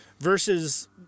versus